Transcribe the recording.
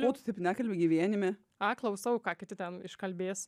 ko tu taip nekalbi gyvenime a klausau ką kiti ten iškalbės